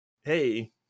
hey